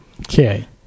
Okay